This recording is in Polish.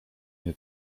nie